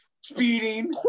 Speeding